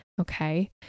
Okay